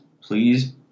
please